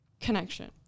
connection